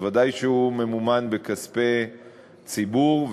ודאי כשהוא ממומן בכספי ציבור,